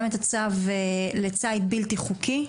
גם את הצו לציד בלתי חוקי,